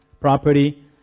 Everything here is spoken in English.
property